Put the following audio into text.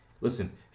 Listen